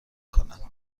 کند